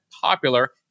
popular